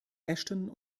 ashton